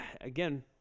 Again